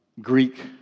greek